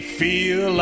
feel